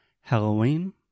Halloween